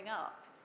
up